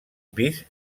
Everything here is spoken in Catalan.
pis